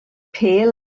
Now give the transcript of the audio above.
pêl